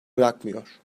bırakmıyor